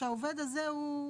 שהעובד הזה הוא,